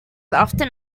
often